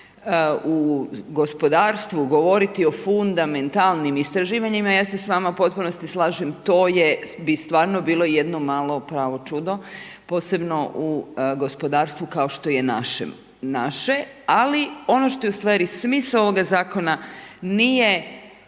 u gospodarstvu govoriti o fundamentalnim istraživanjima, ja se s vama u potpunosti slažem, to bi stvarno bilo jedno malo pravo čudo, posebno u gospodarstvu, kao što je naše. Ali, ono što je u stvari smisao ovoga zakona, nije